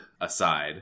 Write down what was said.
aside